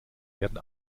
werden